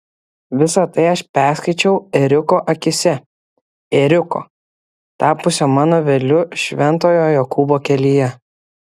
visa tai aš perskaičiau ėriuko akyse ėriuko tapusio mano vedliu šventojo jokūbo kelyje